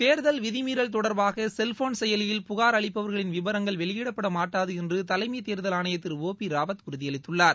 தேர்தல் விதிமீறல் தொடர்பாக செல்போன் செயலியில் புகார் அளிப்பவர்களின் விபரங்கள் வெளியிடப்படமாட்டாது என்று தலைமை தேர்தல் ஆணையர் திரு ஓ பி ராவத் உறுதியளித்துள்ளார்